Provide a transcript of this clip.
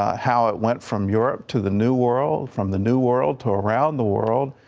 ah how it went from europe to the new world, from the new world to around the world,